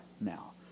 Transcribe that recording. now